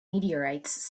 meteorites